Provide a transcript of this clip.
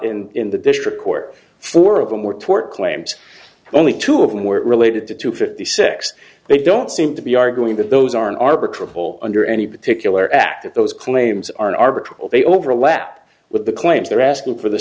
in in the district court four of them were tort claims only two of them were related to two fifty six they don't seem to be arguing that those are an arbitrary whole under any particular act that those claims are an arbitrary they overlap with the claims they're asking for the